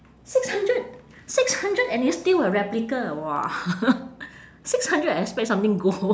six hundred six hundred and it's still a replica !wah! six hundred I expect something gold